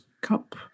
cup